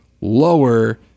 lower